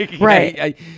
right